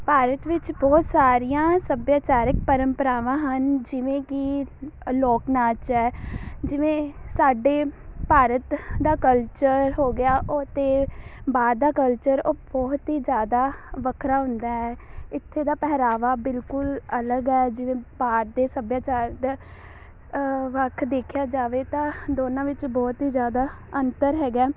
ਭਾਰਤ ਵਿੱਚ ਬਹੁਤ ਸਾਰੀਆਂ ਸੱਭਿਆਚਾਰਿਕ ਪ੍ਰੰਪਰਾਵਾਂ ਹਨ ਜਿਵੇਂ ਕੀ ਲੋਕ ਨਾਚ ਹੈ ਜਿਵੇਂ ਸਾਡੇ ਭਾਰਤ ਦਾ ਕਲਚਰ ਹੋ ਗਿਆ ਉਹ ਤੋਂ ਬਾਅਦ ਦਾ ਕਲਚਰ ਉਹ ਬਹੁਤ ਹੀ ਜ਼ਿਆਦਾ ਵੱਖਰਾ ਹੁੰਦਾ ਹੈ ਇੱਥੇ ਦਾ ਪਹਿਰਾਵਾ ਬਿਲਕੁਲ ਅਲੱਗ ਹੈ ਜਿਵੇਂ ਭਾਰਤ ਦੇ ਸੱਭਿਆਚਾਰ ਦਾ ਵੱਖ ਦੇਖਿਆ ਜਾਵੇ ਤਾਂ ਦੋਨਾਂ ਵਿੱਚ ਬਹੁਤ ਹੀ ਜ਼ਿਆਦਾ ਅੰਤਰ ਹੈਗਾ